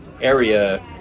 area